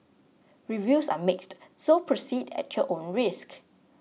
reviews are mixed so proceed at your own risk